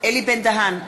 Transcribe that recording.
אלי בן-דהן,